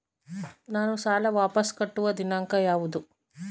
ನಾನು ಸಾಲ ವಾಪಸ್ ಕಟ್ಟುವ ದಿನಾಂಕ ಯಾವುದು?